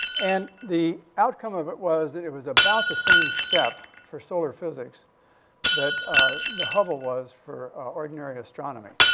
and the outcome of it was that it was about the same step for solar physics that the hubble was for ordinary astronomy.